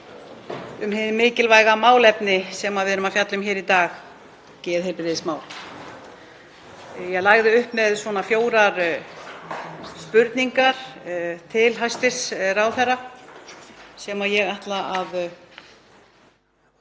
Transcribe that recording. um hið mikilvæga málefni sem við erum að fjalla um hér í dag, geðheilbrigðismál. Ég lagði upp með fjórar spurningar til hæstv. ráðherra sem ég ætla að